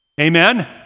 Amen